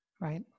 right